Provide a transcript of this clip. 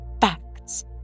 Facts